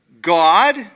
God